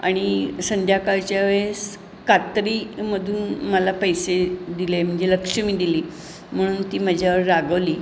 आणि संध्याकाळच्या वेळेस कात्रीमधून मला पैसे दिले म्हणजे लक्ष्मी दिली म्हणून ती माझ्यावर रागवली